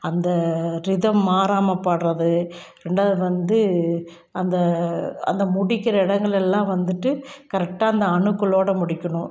அந்த ரிதம் மாறாமல் பாடுகிறது ரெண்டாவது வந்து அந்த அந்த முடிக்கிற இடங்களெல்லாம் வந்துட்டு கரெக்டாக அந்த அணுக்களோட முடிக்கணும்